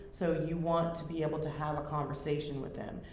so you want to be able to have a conversation with them,